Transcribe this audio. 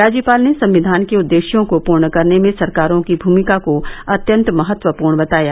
राज्यपाल ने संक्षिान के उद्देश्यों को पूर्ण करने में सरकारों की भूमिका को अत्यंत महत्वपूर्ण बताया